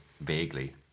vaguely